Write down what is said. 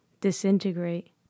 disintegrate